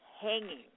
hanging